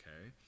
okay